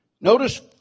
Notice